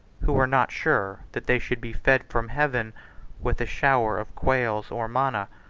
who were not sure that they should be fed from heaven with a shower of quails or manna,